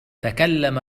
تكلم